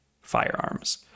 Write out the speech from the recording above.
firearms